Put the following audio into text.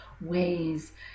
ways